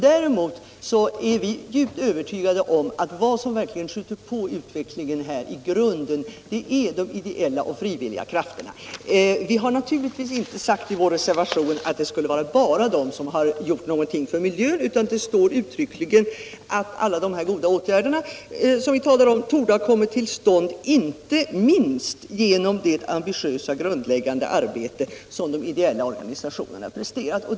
Däremot är vi djupt övertygade om att vad som verkligen skjuter på utvecklingen i grunden är de ideella och frivilliga krafterna. Vi har naturligtvis i vår reservation inte sagt att det bara är dessa som gjort någonting för miljön, utan det står uttryckligen att alla de goda åtgärder som vi talar om ”torde ha kommit till stånd inte minst genom det ambitiösa, grundläggande arbete som de ideella organisationerna presterat”.